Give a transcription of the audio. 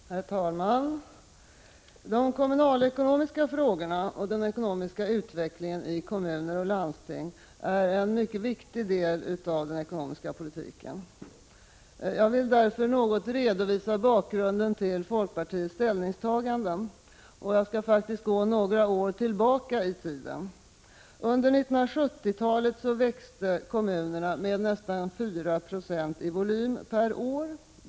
Herr talman! De kommunalekonomiska frågorna och den ekonomiska utvecklingen i kommuner och landsting är en mycket viktig del av den ekonomiska politiken. Jag vill därför något redovisa bakgrunden till folkpartiets ställningstaganden, och jag skall gå några år tillbaka i tiden. Under 1970-talet växte kommunerna med nästan 4 96 i volym per år.